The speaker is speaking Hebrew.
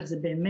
אבל זה באמת